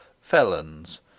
felons